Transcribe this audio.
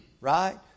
right